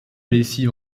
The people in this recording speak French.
lessive